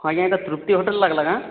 ହଁ ଆଜ୍ଞା ଏଇଟା ତୃପ୍ତି ହୋଟେଲ ଲାଗିଲା କାଁ